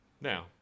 Now